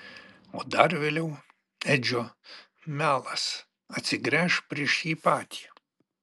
o dar vėliau edžio melas atsigręš prieš jį patį